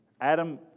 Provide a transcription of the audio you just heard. Adam